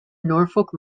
norfolk